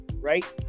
right